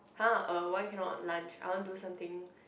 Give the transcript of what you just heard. !huh! uh why cannot lunch I want do something